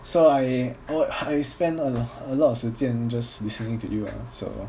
so I oh I spend a lot of 时间 just listening to you ah so